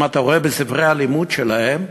אם אתה רואה בספרי הלימוד שלהם,